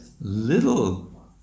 little